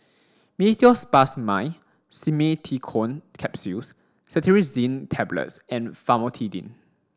Meteospasmyl Simeticone Capsules Cetirizine Tablets and Famotidine